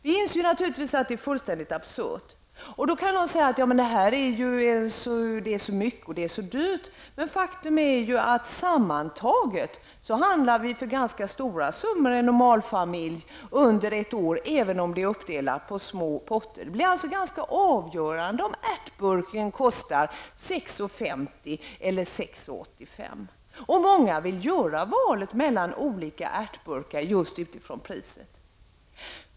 Vi inser naturligtvis att det är fullständigt absurt. Då kan någon säga att det blir så mycket arbete och att det blir dyrt med prismärkning. Men faktum är att sammantaget handlar en normalfamilj för ganska stora summor under ett år, även om det är fördelat på små poster. Det blir alltså rätt avgörande, om ärtburken kostar 6:50 eller 6:85. Många vill göra valet mellan olika ärtburkar just utifrån priset.